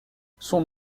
son